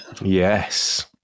Yes